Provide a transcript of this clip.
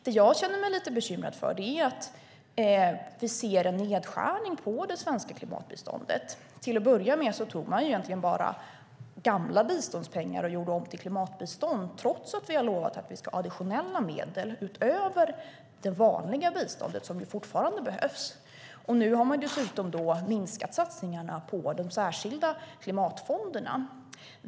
Det jag känner mig lite bekymrad över är att vi ser en nedskärning av det svenska klimatbiståndet. Till att börja med tog man egentligen bara gamla biståndspengar och gjorde om till klimatbistånd, trots att vi har lovat att vi ska ha additionella medel utöver det vanliga biståndet, som ju fortfarande behövs. Nu har man dessutom minskat satsningarna på de särskilda klimatfonderna.